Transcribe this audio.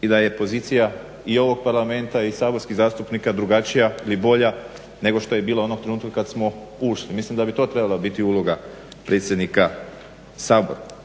i da je pozicija i ovog Parlamenta i saborskih zastupnika drugačija ili bolja nego što je bila onog trenutka kad smo ušli. Mislim da bi to trebala biti uloga predsjednika Sabora.